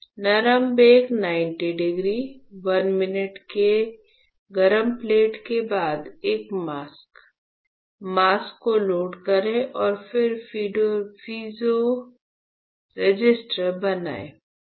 नरम bake 90 degree 1 minute की गर्म प्लेट के बाद एक मास्क मास्क को लोड करें और फिर पीजो रेसिस्टर बनाएं